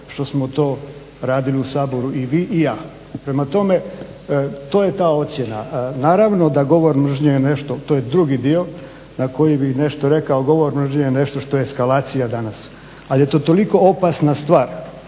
što smo to radili u Saboru i vi i ja. Prema tome, to je ta ocjena. Naravno da govor mržnje, to je nešto, to je drugi na koji bih nešto rekao. Govor mržnje je nešto što je eskalacija danas al je to toliko opasna stvar